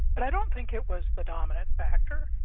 but i don't think it was the dominant factor.